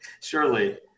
Surely